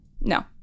No